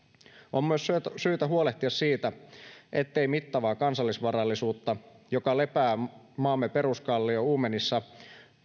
on myös syytä huolehtia siitä ettei mittavaa kansallisvarallisuutta joka lepää maamme peruskallion uumenissa